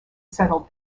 settled